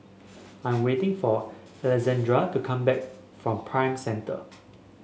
I am waiting for Alejandra to come back from Prime Centre